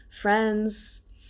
friends